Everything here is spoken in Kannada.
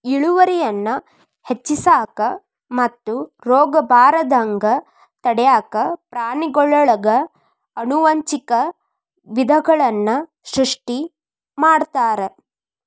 ಇಳುವರಿಯನ್ನ ಹೆಚ್ಚಿಸಾಕ ಮತ್ತು ರೋಗಬಾರದಂಗ ತಡ್ಯಾಕ ಪ್ರಾಣಿಗಳೊಳಗ ಆನುವಂಶಿಕ ವಿಧಗಳನ್ನ ಸೃಷ್ಟಿ ಮಾಡ್ತಾರ